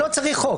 אז לא צריך חוק.